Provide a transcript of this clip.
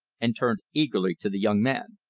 and turned eagerly to the young man.